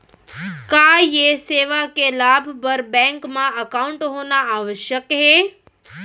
का ये सेवा के लाभ बर बैंक मा एकाउंट होना आवश्यक हे